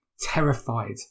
terrified